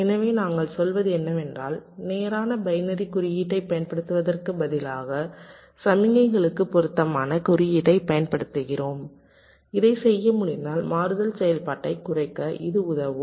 எனவே நாங்கள் சொல்வது என்னவென்றால் நேரான பைனரி குறியீட்டைப் பயன்படுத்துவதற்குப் பதிலாக சமிக்ஞைகளுக்கு பொருத்தமான குறியீட்டைப் பயன்படுத்துகிறோம் இதைச் செய்ய முடிந்தால் மாறுதல் செயல்பாட்டைக் குறைக்க இது உதவும்